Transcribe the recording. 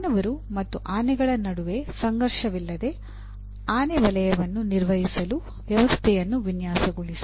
ಮಾನವರು ಮತ್ತು ಆನೆಗಳ ನಡುವೆ ಸಂಘರ್ಷವಿಲ್ಲದೆ ಆನೆ ವಲಯವನ್ನು ನಿರ್ವಹಿಸಲು ವ್ಯವಸ್ಥೆಯನ್ನು ವಿನ್ಯಾಸಗೊಳಿಸಿ